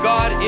God